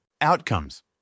Outcomes –